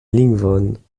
lingvon